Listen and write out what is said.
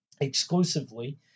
exclusively